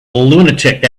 lunatic